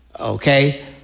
okay